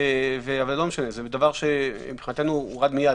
מבחינתנו זה הורד מיד.